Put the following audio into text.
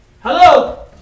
Hello